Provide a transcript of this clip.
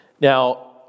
Now